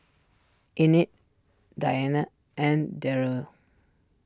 Enid Dianne and Daryn